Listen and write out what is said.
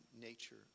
nature